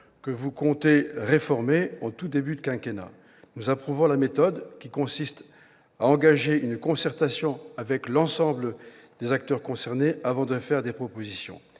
que vous comptez réformer, en tout début de quinquennat. Nous approuvons la méthode qui consiste à engager une concertation avec l'ensemble des acteurs concernés avant de faire des propositions.